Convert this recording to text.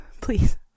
please